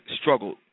struggled